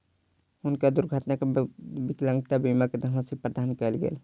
हुनका दुर्घटना के बाद विकलांगता बीमा के धनराशि प्रदान कयल गेल